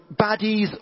baddies